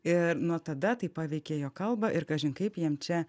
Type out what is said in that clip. ir nuo tada tai paveikė jo kalbą ir kažin kaip jam čia